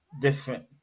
different